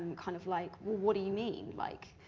and kind of like what do you mean like,